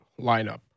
lineup